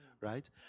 right